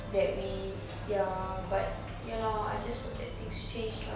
that we ya but ya lah I just hope that things change lah